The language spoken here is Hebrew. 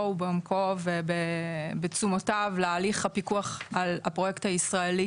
ובעומקו ובתשומותיו להליך הפיקוח על הפרויקט הישראלי